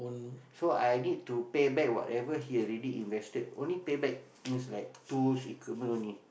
so I need to pay back whatever he already invested only pay back means like tools equipment only